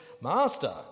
Master